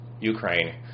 Ukraine